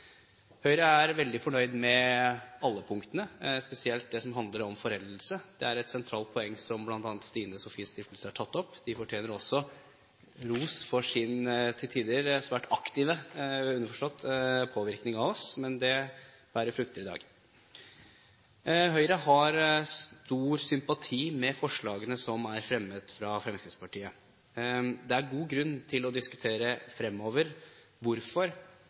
Høyre er veldig fornøyd med alle punktene, spesielt det som handler om foreldelse. Det er et sentralt poeng som bl.a. Stine Sofies Stiftelse har tatt opp. De fortjener også ros for sin til tider svært aktive – underforstått – påvirkning av oss, men det bærer frukter i dag. Høyre har stor sympati for forslagene som er fremmet av Fremskrittspartiet. Det er god grunn til å diskutere fremover hvorfor